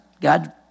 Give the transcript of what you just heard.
God